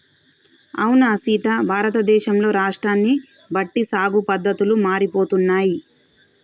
అవునా సీత భారతదేశంలో రాష్ట్రాన్ని బట్టి సాగు పద్దతులు మారిపోతున్నాయి